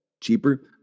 cheaper